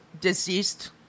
deceased